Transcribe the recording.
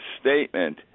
statement